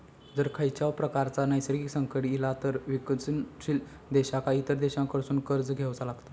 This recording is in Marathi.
जर खंयच्याव प्रकारचा नैसर्गिक संकट इला तर विकसनशील देशांका इतर देशांकडसून कर्ज घेवचा लागता